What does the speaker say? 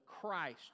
Christ